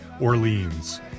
Orleans